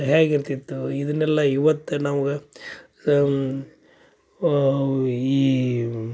ಹೇಗಿರ್ತಿತ್ತು ಇದನ್ನೆಲ್ಲ ಇವತ್ತು ನಮ್ಗೆ ಈ